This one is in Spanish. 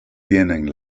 tienen